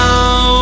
Now